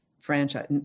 franchise